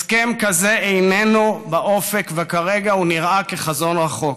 הסכם כזה איננו באופק וכרגע הוא נראה כחזון רחוק.